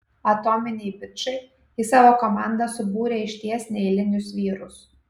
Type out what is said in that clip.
atominiai bičai į savo komandą subūrė išties neeilinius vyrus